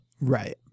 Right